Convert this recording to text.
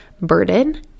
Burden